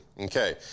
Okay